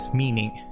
meaning